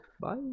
Bye